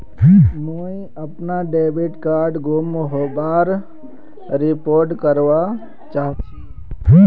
मुई अपना debit card गूम होबार रिपोर्ट करवा चहची